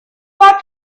warp